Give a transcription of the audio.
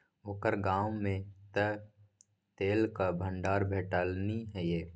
ओकर गाममे तँ तेलक भंडार भेटलनि ये